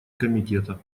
комитета